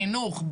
חינוך,